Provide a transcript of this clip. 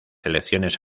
elecciones